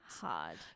hard